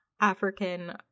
African